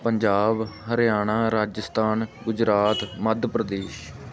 Punjab Haryana Rajasthan Gujarat Madhya Pradesh